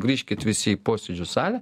grįžkit visi posėdžių salę